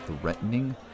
threatening